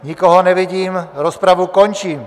Nikoho nevidím, rozpravu končím.